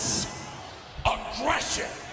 Aggression